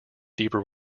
deeper